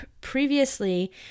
previously